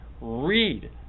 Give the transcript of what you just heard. read